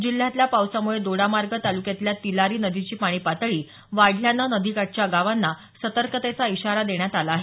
जिल्ह्यातला पावसामुळे दोडामार्ग तालुक्यातल्या तिलारी नदीची पाणी पातळी वाढल्यानं नदीकाठच्या गावांनी सतर्कतेचा इशारा देण्यात आला आहे